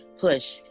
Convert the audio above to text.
push